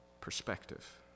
Perspective